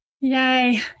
Yay